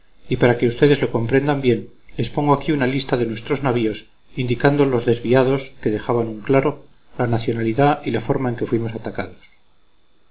y para que ustedes lo comprendan bien les pongo aquí una lista de nuestros navíos indicando los desviados que dejaban un claro la nacionalidad y la forma en que fuimos atacados